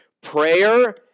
Prayer